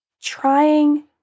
trying